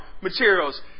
materials